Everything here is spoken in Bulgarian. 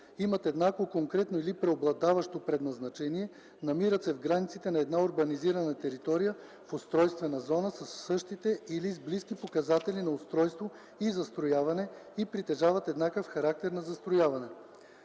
имат еднакво конкретно или преобладаващо предназначение, намират се в границите на една урбанизирана територия в устройствена зона със същите или с близки показатели на устройство и застрояване и притежават еднакъв характер на застрояване.